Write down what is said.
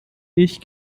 ich